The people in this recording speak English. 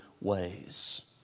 ways